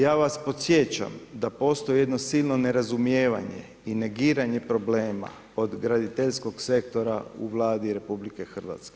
Ja vas podsjećam, da postoji jedno silno nerazumijevanje i negiranje problema, od graditeljskog sektora u Vladi RH.